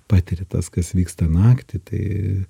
patiri tas kas vyksta naktį tai